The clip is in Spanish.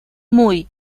muy